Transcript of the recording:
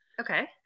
Okay